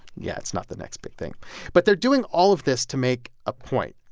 yeah, it's not the next big thing but they're doing all of this to make a point.